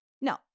no